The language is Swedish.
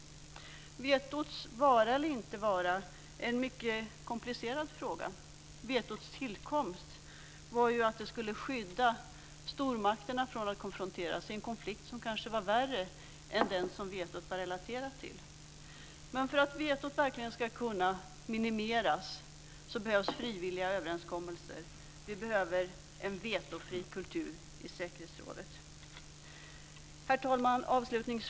Vetots vara eller inte vara är en mycket komplicerad fråga. Vetots tillkomst var att skydda stormakterna från att konfronteras i en konflikt som kanske var värre än den som vetot var relaterat till. Men för att vetot verkligen ska kunna minimeras behövs frivilliga överenskommelser. Vi behöver en vetofri kultur i säkerhetsrådet. Herr talman!